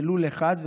בלול אחד,